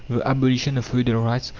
the abolition of feudal rights,